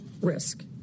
risk